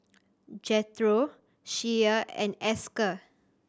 Jethro Shea and Esker